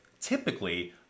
typically